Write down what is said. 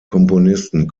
komponisten